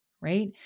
right